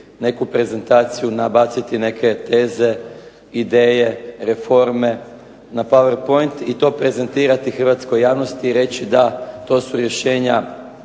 neku prezentaciju, nabaciti neke teze, ideje, reforme na powerpoint i to prezentirati hrvatskoj javnosti i reći da, to su rješenja